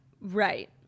right